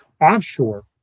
offshore